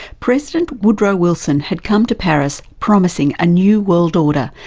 president woodrow wilson had come to paris promising a new world order,